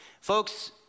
Folks